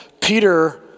Peter